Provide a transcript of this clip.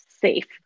safe